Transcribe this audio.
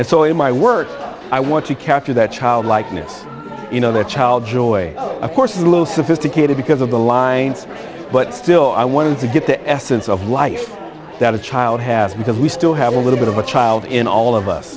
and so in my work i want to capture that child likeness you know that child joy of course is a little sophisticated because of the lines but still i wanted to get the essence of life that a child has because we still have a little bit of a child in all of us